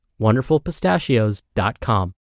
WonderfulPistachios.com